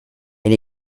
and